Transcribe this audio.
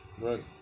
Right